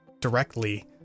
directly